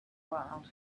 world